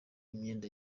imyenda